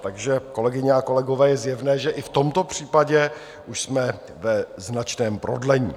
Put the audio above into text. Takže, kolegyně a kolegové, je zjevné, že i v tomto případě už jsme ve značném prodlení.